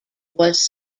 was